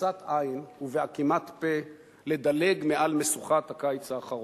בקריצת עין ובעקימת פה לדלג מעל משוכת הקיץ האחרון.